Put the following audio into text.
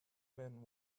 men